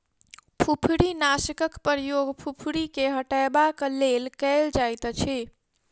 फुफरीनाशकक प्रयोग फुफरी के हटयबाक लेल कयल जाइतअछि